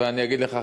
ואני אגיד לך,